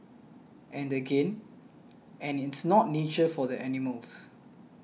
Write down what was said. and again and it's not nature for the animals